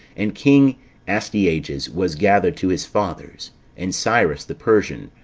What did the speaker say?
and king astyages was gathered to his fathers and cyrus, the persian,